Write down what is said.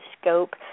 scope